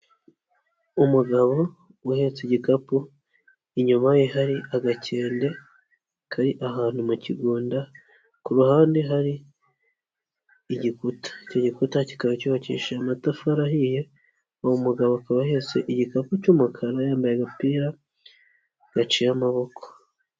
Umugabo uhetse igikapu inyuma ye hari agakende kari ahantu mu kigunda, ku ruhande hari igikuta icyo gikota kikaba cyubakishije amatafari ahiye, uwo mugabo akaba ahetse igikapu cy'umukara yambaye agapira gaciye amaboko.